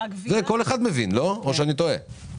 כל אחד מבין או שאני טועה?